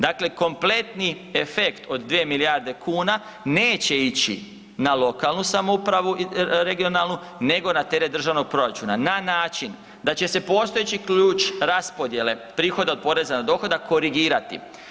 Dakle, kompletni efekt od 2 milijarde kuna neće ići na lokalnu samoupravu i regionalnu nego na teret državnog proračuna na način da će se postojeći ključ raspodjele prihoda od poreza na dohodak korigirati.